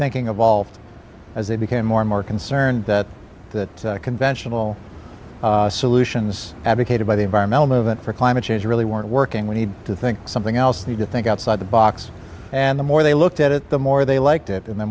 thinking of all as they became more and more concerned that the conventional solutions advocated by the environmental movement for climate change really weren't working we need to think something else need to think outside the box and the more they looked at it the more they liked it and the